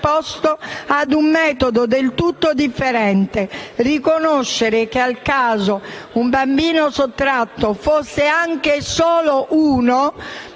posto ad un metodo del tutto differente, riconoscendo che al caso di un bambino sottratto - fosse anche uno